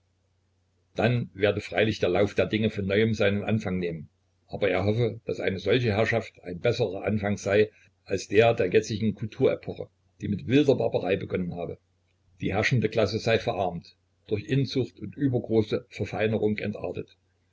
dann werde freilich der lauf der dinge von neuem seinen anfang nehmen aber er hoffe daß eine solche herrschaft ein besserer anfang sei als der der jetzigen kulturepoche die mit wilder barbarei begonnen habe die herrschende klasse sei verarmt durch inzucht und übergroße verfeinerung entartet